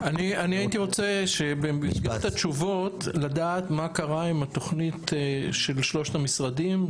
אני הייתי רוצה לדעת מה קרה עם התוכנית של שלושת המשרדים,